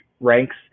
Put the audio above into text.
ranks